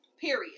period